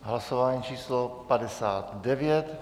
Hlasování číslo 59.